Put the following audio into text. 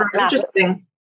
interesting